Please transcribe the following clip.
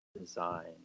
design